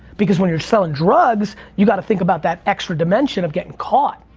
because when you're selling drugs you gotta think about that extra dimension of getting caught.